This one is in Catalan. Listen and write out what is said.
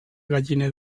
galliner